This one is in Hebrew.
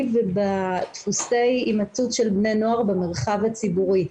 ובדפוסי הימצאות של בני נוער במרחב הציבורי.